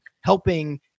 helping